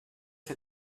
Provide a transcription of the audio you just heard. fet